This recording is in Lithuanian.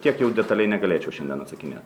tiek jau detaliai negalėčiau šiandien atsakinėt